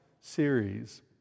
series